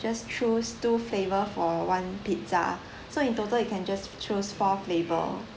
just choose two flavor for one pizza so in total you can just choose four flavor